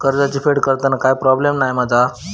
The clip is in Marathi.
कर्जाची फेड करताना काय प्रोब्लेम नाय मा जा?